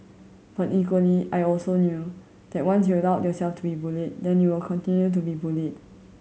but equally I also knew that once you allow yourself to be bullied then you will continue to be bullied